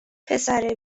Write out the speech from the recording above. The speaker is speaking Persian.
پسر